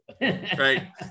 right